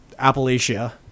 appalachia